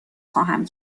خواهم